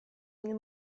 mnie